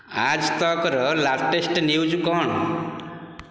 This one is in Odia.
ଆଜ୍ ତକ୍ର ଲାଟେଷ୍ଟ ନ୍ୟୁଜ୍ କ'ଣ